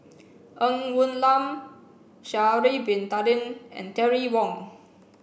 Ng Woon Lam Sha'ari Bin Tadin and Terry Wong